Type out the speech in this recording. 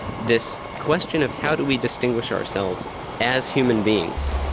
this question of how do we distinguish ourselves as human beings,